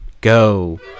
go